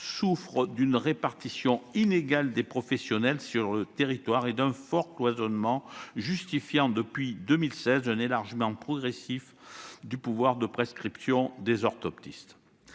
souffre d'une répartition inégale des professionnels sur le territoire et d'un fort cloisonnement, justifiant un élargissement progressif, depuis 2016, du pouvoir de prescription des orthoptistes.